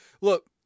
Look